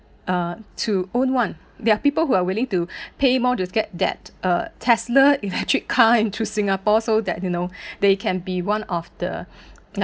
uh to own one there are people who are willing to pay more to get that a Tesla electric car into singapore so that you know they can be one of the